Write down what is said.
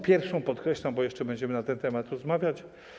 Pierwszą, podkreślam, bo jeszcze będziemy na ten temat rozmawiać.